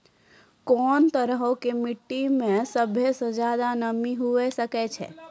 कोन तरहो के मट्टी मे सभ्भे से ज्यादे नमी हुये सकै छै?